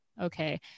okay